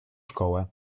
szkołę